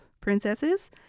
princesses